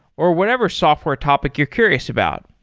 or whatever software topic you're curious about.